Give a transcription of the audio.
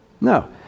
No